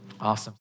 Awesome